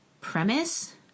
premise